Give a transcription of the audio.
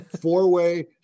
four-way